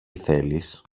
θέλεις